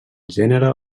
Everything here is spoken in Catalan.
gènere